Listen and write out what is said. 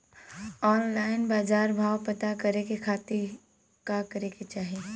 Online बाजार भाव पता करे के खाती का करे के चाही?